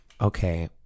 okay